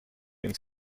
ins